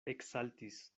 eksaltis